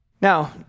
Now